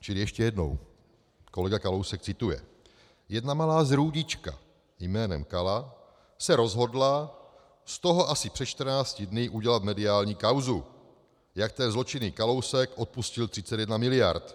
Čili ještě jednou, kolega Kalousek cituje: Jedna malá zrůdička jménem Kala se rozhodla z toho asi před 14 dny udělat mediální kauzu, jak ten zločinný Kalousek odpustil 31 miliard.